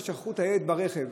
את הילד ברכב.